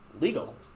Legal